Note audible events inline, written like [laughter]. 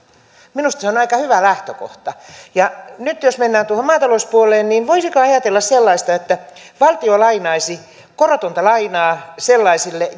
minusta se on aika hyvä lähtökohta nyt jos mennään tuohon maatalouspuoleen niin voisiko ajatella sellaista että valtio lainaisi korotonta lainaa sellaisille [unintelligible]